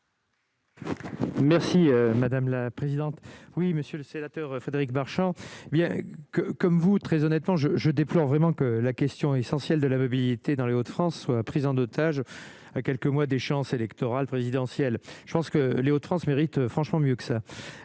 Merci madame la présidente, oui, monsieur le sénateur, Frédéric Marchand, bien que, comme vous, très honnêtement je je déplore vraiment que la question essentielle de la mobilité dans les Hauts-de-France soient pris en otage, à quelques mois d'échéances électorales, présidentielles, je pense que Léo 30 méritent franchement mieux que ça,